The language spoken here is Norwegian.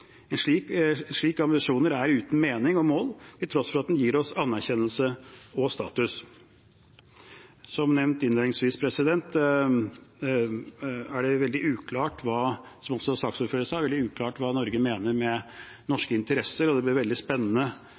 En slik ambisjon er uten mening og mål til tross for at den gir oss anerkjennelse og status. Som nevnt innledningsvis er det, som også saksordføreren sa, veldig uklart hva regjeringen mener med «norske interesser», og det blir veldig spennende